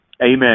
Amen